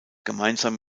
gemeinsam